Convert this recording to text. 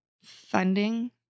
funding